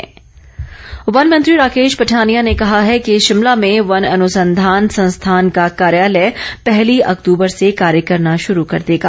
one मंत्री वन मंत्री राकेश पठानिया ने कहा है कि शिमला में वन अनुसंधान संस्थान का कार्यालय पहली अक्तूबर से कार्य करना शरू कर देगा